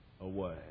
away